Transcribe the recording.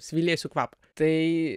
svilėsių kvapą tai